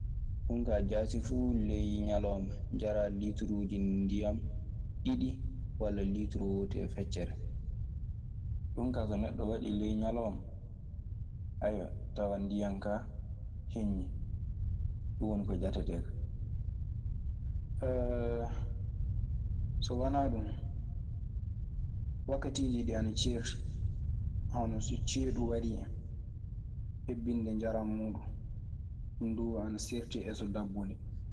Ɗun kaa jaasi fuu ley ñalawma, njaraa liituruuji ndiyam ɗiɗi walla lituru wooturu e feccere. Ɗun kaa so neɗɗo waɗii ley ñalawma, tawan ndiyan kaa heƴnii. Ɗun woni ko jatetee kaa. So wanaa ɗun wakkatiiji ɗii ana ceerti hono so ceeɗu warii en, hebbinde njaran muuɗun. Ɗun duu ana seerti e so dabbunde.